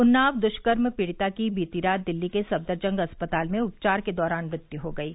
उन्नाव दुष्कर्म पीड़िता की बीती रात दिल्ली के सफदरजंग अस्पताल में उपचार के दौरान मृत्यु हो गयी